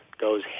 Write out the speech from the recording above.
goes